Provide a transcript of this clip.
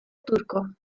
turco